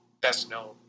best-known